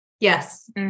Yes